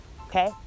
Okay